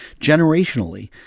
generationally